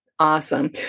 Awesome